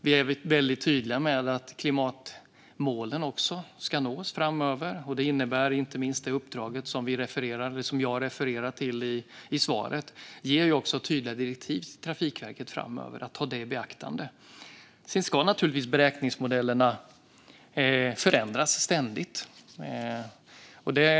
Vi är väldigt tydliga med att klimatmålen också ska nås framöver. Det innebär inte minst det uppdrag som jag refererade till i svaret. Där ges Trafikverket tydliga direktiv att framöver ta detta i beaktande. Sedan ska beräkningsmodellerna naturligtvis ständigt förändras.